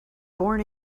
born